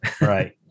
right